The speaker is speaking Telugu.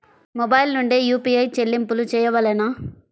మొబైల్ నుండే యూ.పీ.ఐ చెల్లింపులు చేయవలెనా?